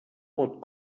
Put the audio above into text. pot